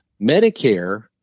Medicare